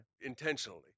Intentionally